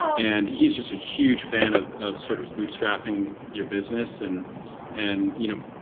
and he is just a huge fan of of sort of bootstrapping your business and and you know